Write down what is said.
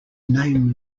name